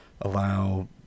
allow